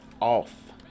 off